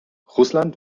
russland